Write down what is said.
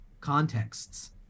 contexts